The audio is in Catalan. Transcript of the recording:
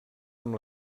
amb